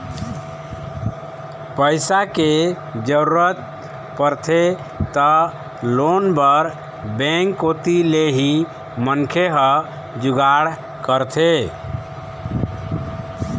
पइसा के जरूरत परथे त लोन बर बेंक कोती ले ही मनखे ह जुगाड़ करथे